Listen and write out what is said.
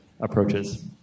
approaches